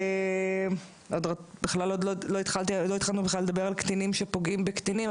עוד לא התחלנו בכלל לדבר על קטינים שפוגעים בקטינים,